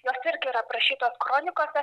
jos irgi yra aprašytos kronikose